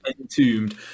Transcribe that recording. Entombed